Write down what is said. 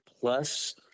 plus